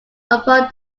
upon